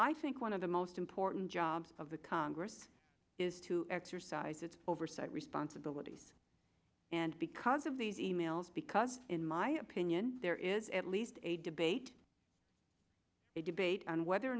i think one of the most important jobs of the congress is to exercise its oversight responsibilities and because of these e mails because in my opinion there is at least a debate a debate on whether or